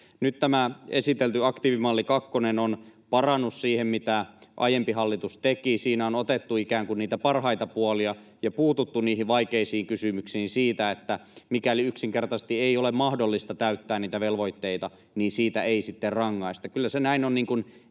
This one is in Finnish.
Nyt tämä esitelty aktiivimalli kakkonen on parannus siihen, mitä aiempi hallitus teki. Siinä on otettu ikään kuin niitä parhaita puolia ja puututtu vaikeisiin kysymyksiin, niin että mikäli yksinkertaisesti ei ole mahdollista täyttää niitä velvoitteita, niin siitä ei sitten rangaista. Kyllä se näin on, niin kuin